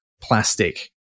plastic